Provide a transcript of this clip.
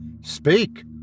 Speak